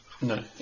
No